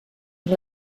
amb